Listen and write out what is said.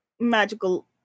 magical